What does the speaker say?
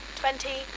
twenty